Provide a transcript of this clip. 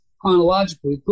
chronologically